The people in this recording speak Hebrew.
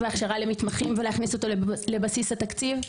ההכשרה למתמחים ולהכניס אותו לבסיס התקציב,